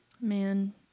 Man